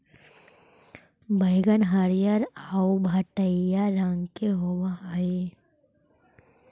बइगन हरियर आउ भँटईआ रंग के होब हई